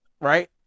Right